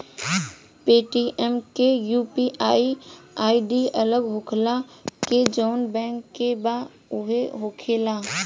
Paytm के UPI ID अलग होखेला की जाऊन बैंक के बा उहे होखेला?